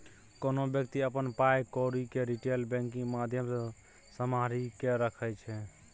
कोनो बेकती अपन पाइ कौरी केँ रिटेल बैंकिंग माध्यमसँ सम्हारि केँ राखै छै